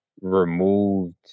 removed